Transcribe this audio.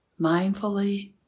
mindfully